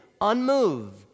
unmoved